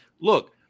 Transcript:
look